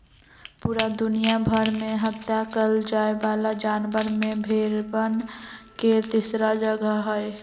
पूरा दुनिया भर में हत्या कइल जाये वाला जानवर में भेंड़वन के तीसरा जगह हई